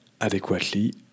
adequately